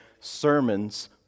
sermons